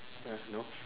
ya you know